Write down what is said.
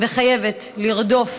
וחייבת לרדוף